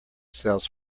sells